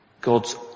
god's